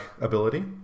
ability